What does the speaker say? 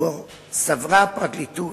שבהם סברה הפרקליטות,